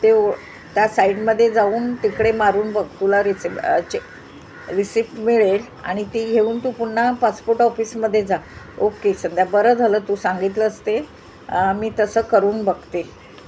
ते त्या साईडमध्ये जाऊन तिकडे मारून बघुला रिसीचे रिसिप्ट मिळेल आणि ती घेऊन तू पुन्हा पासपोर्ट ऑफिसमदे जा बरं झालं तू सांगितलं असते मी तसं करून बघते